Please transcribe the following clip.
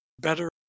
better